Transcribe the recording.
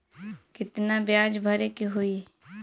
कितना ब्याज भरे के होई?